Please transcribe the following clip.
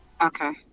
Okay